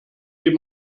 dem